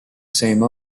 same